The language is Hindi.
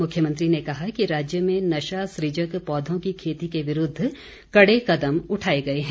मुख्यमंत्री ने कहा कि राज्य में नशा सृजक पौधों की खेती के विरूद्व कड़े कदम उठाए गए हैं